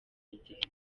y’igihe